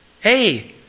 Hey